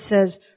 says